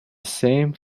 same